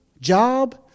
job